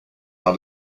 not